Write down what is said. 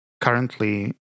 currently